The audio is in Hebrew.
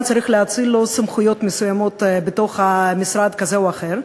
שצריך להאציל לו סמכויות מסוימות בתוך משרד כזה או אחר,